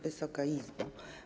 Wysoka Izbo!